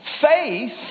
Faith